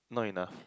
not enough